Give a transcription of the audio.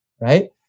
right